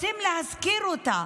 הם רוצים להשכיר אותה,